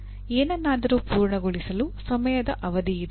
ಏನನ್ನಾದರೂ ಪೂರ್ಣಗೊಳಿಸಲು ಸಮಯದ ಅವಧಿ ಇದೆ